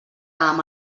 amb